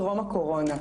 טרום הקורונה.